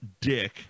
Dick